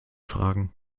fragen